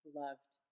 loved